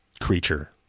creature